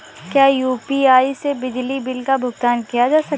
क्या यू.पी.आई से बिजली बिल का भुगतान किया जा सकता है?